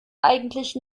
eigentlich